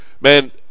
man